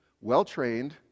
well-trained